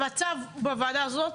המצב בוועדה הזאת